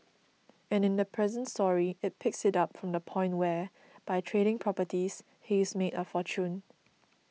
and in the present story it picks it up from the point where by trading properties he's made a fortune